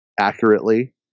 accurately